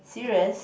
serious